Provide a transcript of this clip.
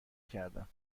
کردم